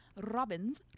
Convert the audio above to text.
Robin's